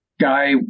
guy